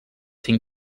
cinc